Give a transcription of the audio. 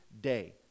day